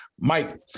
Mike